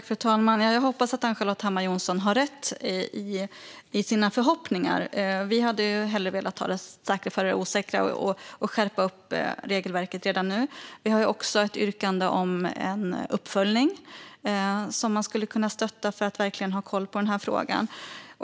Fru talman! Jag hoppas att Ann-Charlotte Hammar Johnsson har rätt i sina förhoppningar. Vi hade hellre velat ta det säkra för det osäkra och skärpa regelverket redan nu. Vi har också ett yrkande om en uppföljning som man skulle kunna stötta för att verkligen ha koll på frågan.